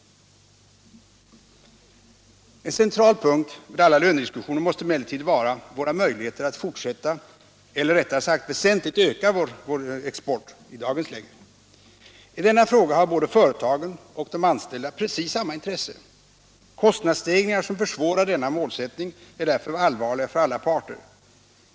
En central punkt vid alla lönediskussioner måste emellertid vara våra möjligheter att fortsätta eller rättare sagt väsentligt öka vår export. I denna fråga har både företagen och de anställda precis samma intresse. Kostnadsstegringar som försvårar denna målsättning är därför allvarliga för alla parter.